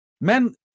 men